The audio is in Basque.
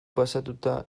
pasatuta